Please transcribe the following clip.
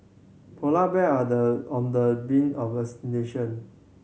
polar bear the on the brink of